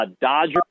Dodger